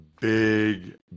big